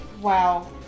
Wow